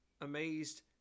amazed